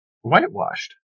whitewashed